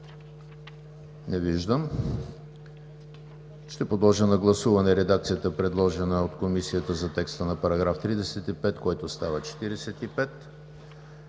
Не виждам. Ще подложа на гласуване редакцията, предложена от Комисията за текста на § 35, който става §